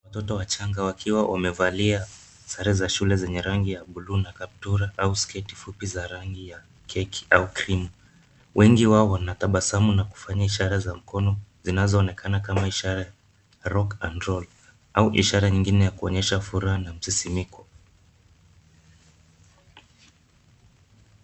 Watoto wachanga wakiwa wamevalia sare za shule zenye rangi ya blue na kaptura au sketi fupi za rangi ya keki au krimu. Wengi wao wanatabasamu na kufanya ishara za mikono zinazoonekana kama ishara Rock And Roll , au ishara nyingine ya kuonyesha furaha na msisimko.